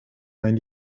mijn